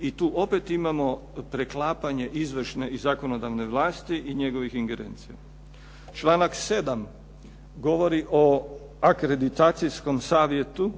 I tu opet imamo preklapanje izvršne i zakonodavne vlasti i njegovih ingerencija. Članak 7. govori o akreditacijskom savjetu